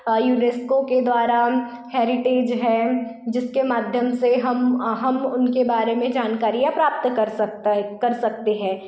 UNESCO के द्वारा heritage है जिसके माध्यम से हम हम उसके बारे में जानकारियाँ प्राप्त कर सकता है कर सकते हैं